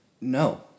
No